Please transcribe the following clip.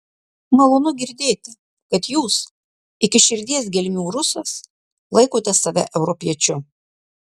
malonu girdėti kad jūs iki širdies gelmių rusas laikote save europiečiu